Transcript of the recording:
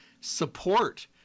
support